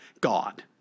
God